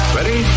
Ready